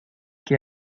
que